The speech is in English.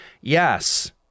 Yes